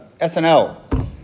SNL